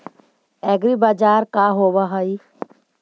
एग्रीबाजार का होव हइ?